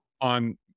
on